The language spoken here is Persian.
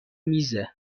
میزه